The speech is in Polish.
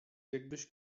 jakbyś